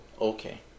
Okay